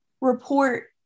report